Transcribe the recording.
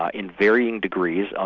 ah in varying degrees, ah